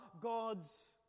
God's